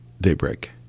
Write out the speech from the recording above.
daybreak